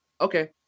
okay